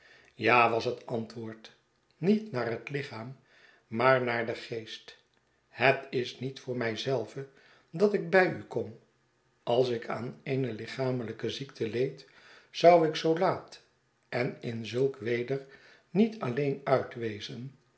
ja was het antwoord niet naar het lichaam maar naar den geest het is niet voor mij zelve dat ik bij u kom als ik aan eene lichamelijke ziekte leed zou ik zoo laat en in zulk weder niet alleen uit wezen